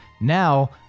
Now